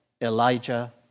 Elijah